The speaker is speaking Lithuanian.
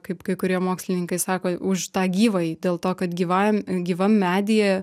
kaip kai kurie mokslininkai sako u už tą gyvąjį dėl to kad gyvajam gyvam medyje